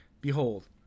Behold